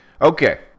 okay